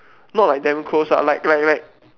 not like damn close ah like like like